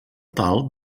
tal